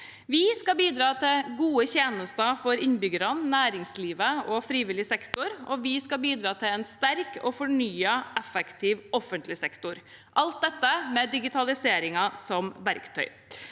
Vi skal bidra til gode tjenester for innbyggerne, næringslivet og frivillig sektor, og vi skal bidra til en sterk, effektiv og fornyet offentlig sektor – alt dette med digitaliseringen som verktøy.